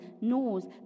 knows